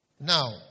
Now